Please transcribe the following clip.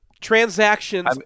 Transactions